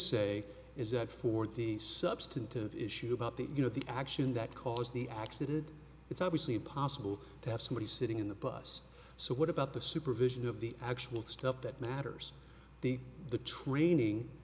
say is that for the substantive issue about the you know the action that caused the accident it's obviously impossible to have somebody sitting in the bus so what about the supervision of the actual stuff that matters the the training